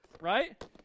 right